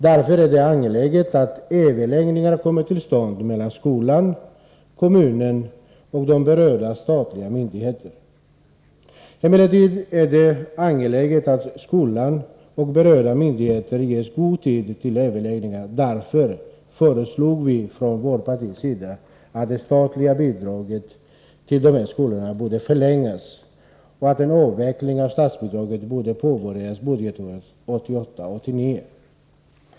Därför är det angeläget att överläggningar kommer till stånd mellan skolan, kommunen och de berörda statliga myndigheterna. Emellertid är det angeläget att skolan och berörda myndigheter ges god tid till överläggningar. Därför föreslog vi ifrån vårt partis sida att det statliga bidraget till dessa skolor borde förlängas så att en avveckling av statsbidraget påbörjades under budgetåret 1988/89.